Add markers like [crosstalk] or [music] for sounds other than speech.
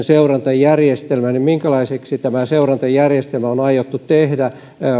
[unintelligible] seurantajärjestelmä niin minkälaiseksi tämä seurantajärjestelmä on on aiottu tehdä